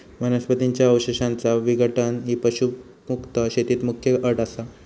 वनस्पतीं च्या अवशेषांचा विघटन ही पशुमुक्त शेतीत मुख्य अट असा